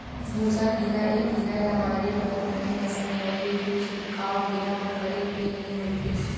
भूसा कीरा ए कीरा ल मारे बर बने असन दवई के छिड़काव बेरा म करे ले होथे